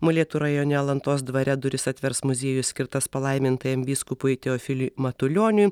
molėtų rajone alantos dvare duris atvers muziejus skirtas palaimintajam vyskupui teofiliui matulioniui